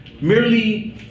merely